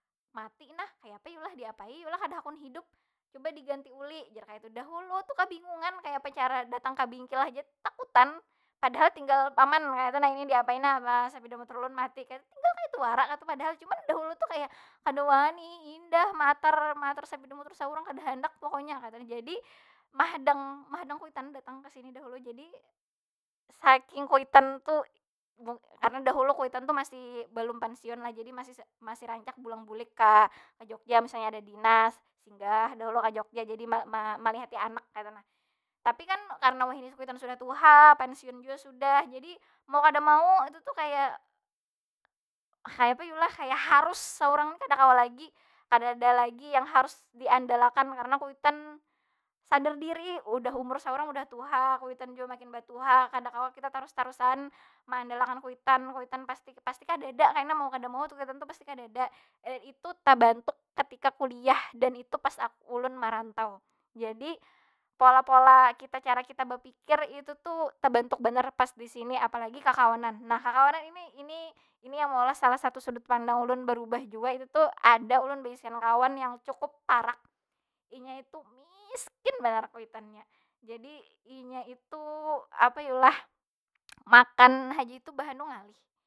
Mati nah, kaya apa yu lah, diapai yu lah? Kada hakun hidup. Cuba diganti ulu jar kaytu. Dahulu kabingungan kayapa cara datang ka bingkel haja takutan. Padahal tinggal, paman kaytu nah, ini diapai nah sapida mutur ulun mati, kaytu. Tinggal kaytu wara kaytu padahal. Cuman dahulu tuh kaya, kada wani, indah maatar- maatar sapida mutur saurang kada handak pokonya, kaytu nah. Jadi, mahadang- mahadang kuitan datang ka sini dahulu. Jadi, saking kuitan tu karena dahulu kuitan tu masih balum pensiun lah, jadi masih masih rancak pulang bulik ka- ka jogja misalnya ada dinas, singgah dahulu ka jogja. Jadi malihati anak kaytu nah. Tapi kan karena wahini kuitan sudah tuha, pensiun jua sudah. Jadi, mau kada mau itu tu kaya, kayapa yu lah? Kaya harus saurang ni kada kawa lagi. Kadada lagi yang harus diandal akan karena kuitan, sadar diri udah umur saurang udha tuha. Kuitan jua makin batuha, kada kawa kita tarus- tarusan meandal akan kuitan. Kuitan pasti- pasti kadada tu kena mau kada mau tu kuitan tu pasti kadada. Dan itu tabantuk ketika kuliah dan itu pas ulun marantau. Jadi, pola- pola kita cara kita bapikir itu tu tabantuk banar pas di sini. Apalagi kakawanan. Nah, kakawanan ini- ini- ini yang maolah salah satu sudut pandang ulun barubah jua, itu tu ada ulun baisian kawan yang cukup parak. Inya itu miskin banar kuitannya. Jadi inya itu, apa yu lah? Makan haja itu bahanu ngalih.